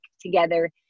together